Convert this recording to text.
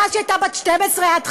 מאז שהיא הייתה בת 12 עד 15,